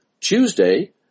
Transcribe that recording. Tuesday